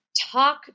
talk